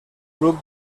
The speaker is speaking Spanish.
club